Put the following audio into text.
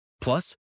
Plus